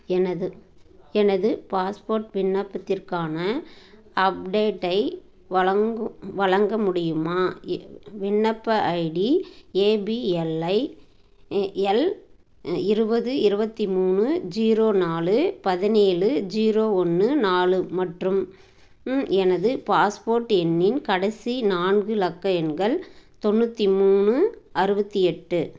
எனது எனது பாஸ்போர்ட் விண்ணப்பத்திற்கான அப்டேட்டை வழங்கும் வழங்க முடியுமா எ விண்ணப்ப ஐடி ஏபிஎல்ஐ எல் இருபது இருபத்தி மூணு ஜீரோ நாலு பதினேலு ஜீரோ ஒன்று நாலு மற்றும் எனது பாஸ்போர்ட் எண்ணின் கடைசி நான்கு இலக்க எண்கள் தொண்ணூற்றி மூணு அறுபத்தி எட்டு